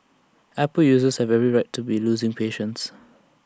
Apple users have every right to be losing patience